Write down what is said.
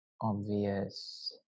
obvious